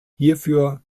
hierfür